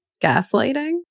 gaslighting